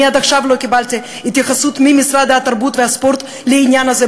אני עד עכשיו לא קיבלתי התייחסות ממשרד התרבות והספורט לעניין הזה,